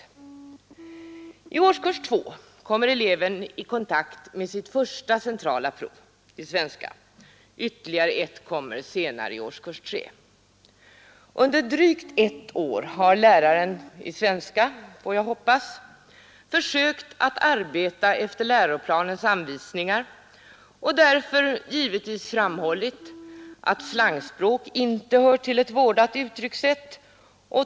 I årskurs 2 kommer eleven i kontakt med sitt första centrala prov i svenska; ytterligare ett kommer senare i årskurs 3. Under drygt ett år har läraren i svenska — får jag hoppas — försökt arbeta efter läroplanens anvisningar och därför givetvis framhållit att slangspråk inte hör till ett vårdat uttryckssätt.